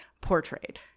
portrayed